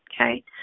okay